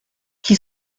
qui